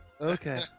Okay